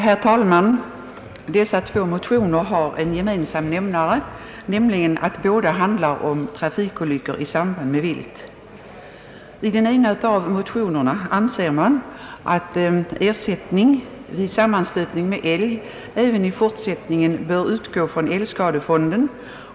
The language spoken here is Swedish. Herr talman! De två motionspar som nu behandlas har en gemensam nämnare; de rör båda trafikolyckor i samband med vilt. I det ena motionsparet framhåller motionärerna att ersättning vid sammanstötning med älg även i fortsättningen bör utgå från älgskadefond.